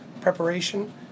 preparation